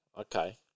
Okay